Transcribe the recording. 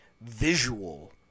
visual